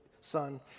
son